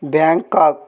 Bangkok